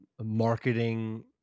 marketing